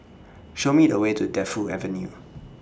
Show Me The Way to Defu Avenue